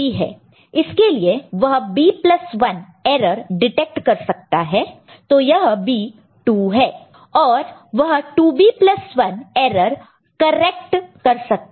इसके लिए वह b1 एरर डिटेक्ट कर सकता है तो यह b 2 है और वह 2b1 एरर करेक्ट कर सकता है